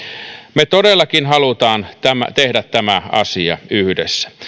me todellakin haluamme tehdä tämän asian yhdessä